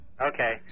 Okay